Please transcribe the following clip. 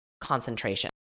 concentration